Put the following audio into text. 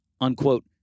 unquote